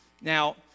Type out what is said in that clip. Now